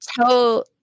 tell